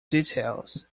details